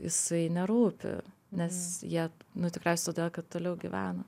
jisai nerūpi nes jie nu tikriausiai todėl kad toliau gyvena